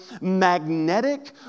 Magnetic